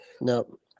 Nope